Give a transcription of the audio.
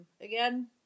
Again